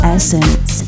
Essence